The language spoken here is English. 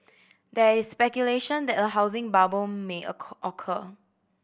there is speculation that a housing bubble may occur